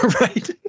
right